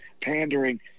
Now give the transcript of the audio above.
pandering